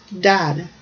dad